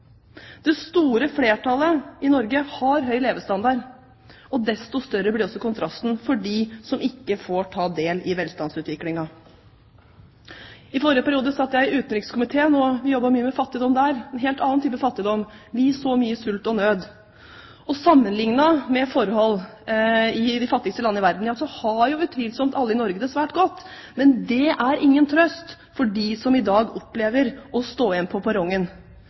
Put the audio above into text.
Det store flertallet i Norge har høy levestandard. Desto større blir kontrasten for dem som ikke får ta del i velstandsutviklingen. I forrige periode satt jeg i utenrikskomiteen, og vi jobbet mye med fattigdom der, en helt annen type fattigdom. Vi så mye sult og nød. Sammenlignet med forhold i de fattigste land i verden har utvilsomt alle i Norge det svært godt, men det er ingen trøst for dem som i dag opplever å stå igjen på perrongen.